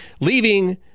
Leaving